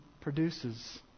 produces